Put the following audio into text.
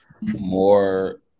more